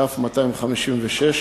כ/256,